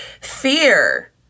fear